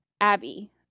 Abby